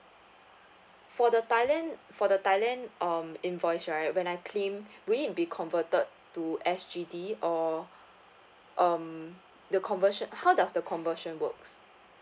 for the thailand for the thailand um invoice right when I claim will it be converted to S_G_D or um the conversion how does the conversion works